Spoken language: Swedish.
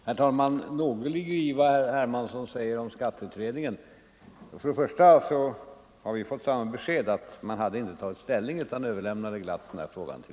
Här höjer man bara skatten, och man försöker få täckning för utgifter.